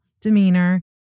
demeanor